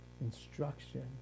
instruction